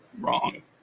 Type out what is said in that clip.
Wrong